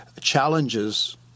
challenges